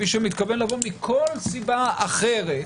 מי שמתכוון לבוא מכל סיבה אחרת,